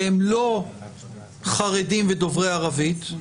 שהם לא חרדים ודוברי ערבית,